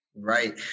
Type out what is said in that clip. right